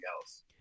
else